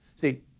See